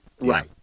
Right